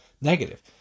negative